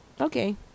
okay